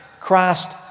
Christ